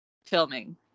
Filming